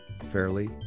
fairly